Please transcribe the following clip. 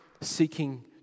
seeking